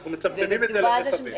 אנחנו מצמצמים את זה לרכבים.